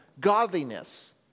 godliness